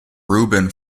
rubin